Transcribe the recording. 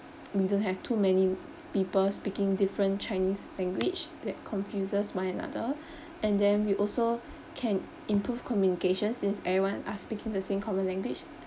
we don't have too many people speaking different chinese language that confuses one another and then we also can improve communication since everyone are speaking the same common language